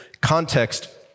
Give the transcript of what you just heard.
context